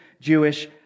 Jewish